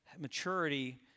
Maturity